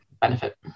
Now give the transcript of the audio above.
benefit